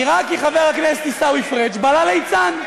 נראה כי חבר הכנסת עיסאווי פריג' בלע ליצן.